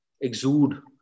exude